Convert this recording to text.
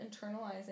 internalizing